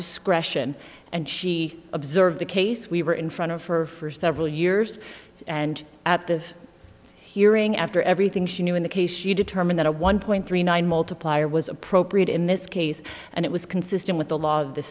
discretion and she observed the case we were in front of her for several years and at the hearing after everything she knew in the case you determine that a one point three nine multiplier was appropriate in this case and it was consistent with the law of the